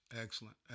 excellent